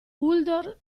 uldor